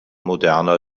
moderner